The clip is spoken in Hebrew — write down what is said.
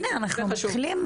הנה אנחנו מתחילים.